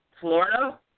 Florida